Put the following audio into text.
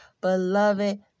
Beloved